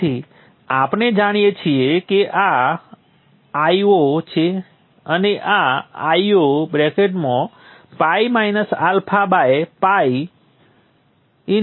તેથી આપણે જાણીએ છીએ કે આ Io છે અને આ Ioπ απ T2 હશે